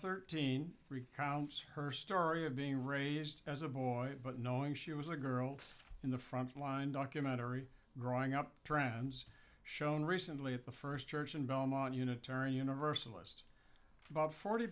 thirteen recounts her story of being raised as a boy but knowing she was a girl in the frontline documentary growing up trends shown recently at the first church in belmont unitarian universalists about forty